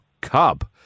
cub